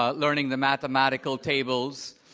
ah learning the mathematical tables.